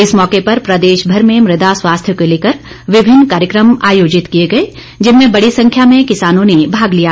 इस मौके पर प्रदेशभहर में मृदा स्वास्थ्य को लेकर विभिन्न कार्यक्रम आयोजित किए गए जिनमें बड़ी संख्या में किसानों ने भाग लिया